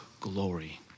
glory